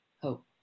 hope